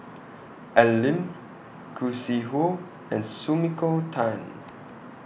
Al Lim Khoo Sui Hoe and Sumiko Tan